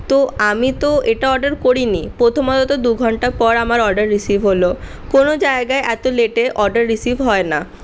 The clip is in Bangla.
তো আমি তো এটা অর্ডার করিনি প্রথমত তো দু ঘণ্টা পর আমার অর্ডার রিসিভ হল কোনো জায়গায় এত লেটে অর্ডার রিসিভ হয় না